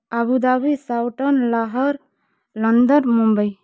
Abu Dhabi Southampton Lahore London Mumbai